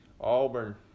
Auburn